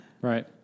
Right